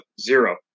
Zero